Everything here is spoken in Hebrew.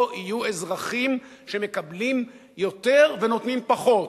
יהיו אזרחים שמקבלים יותר ונותנים פחות,